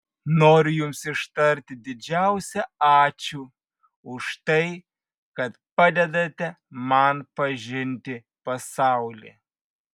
noriu jums ištarti didžiausią ačiū už tai kad padedate man pažinti pasaulį